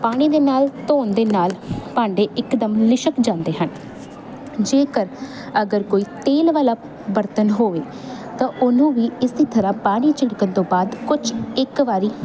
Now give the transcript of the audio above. ਪਾਣੀ ਦੇ ਨਾਲ ਧੋਣ ਦੇ ਨਾਲ ਭਾਂਡੇ ਇੱਕਦਮ ਲਿਸ਼ਕ ਜਾਂਦੇ ਹਨ ਜੇਕਰ ਅਗਰ ਕੋਈ ਤੇਲ ਵਾਲਾ ਬਰਤਨ ਹੋਵੇ ਤਾਂ ਉਹਨੂੰ ਵੀ ਇਸ ਦੀ ਤਰ੍ਹਾਂ ਪਾਣੀ ਝਿੜਕਣ ਤੋਂ ਬਾਅਦ ਕੁਝ ਇੱਕ ਵਾਰੀ